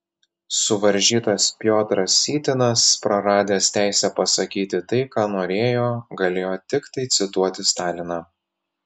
suvaržytas piotras sytinas praradęs teisę pasakyti tai ką norėjo galėjo tiktai cituoti staliną